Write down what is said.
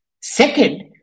Second